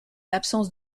l’absence